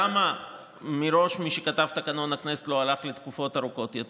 למה מראש מי שכתב את תקנון הכנסת לא הלך לתקופות ארוכות יותר?